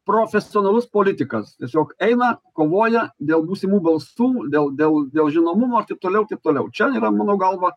profesionalus politikas tiesiog eina kovoja dėl būsimų balsų dėl dėl dėl žinomumo taip toliau taip toliau čia yra mano galva